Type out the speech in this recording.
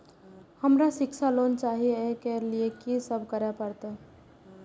हमरा शिक्षा लोन चाही ऐ के लिए की सब करे परतै?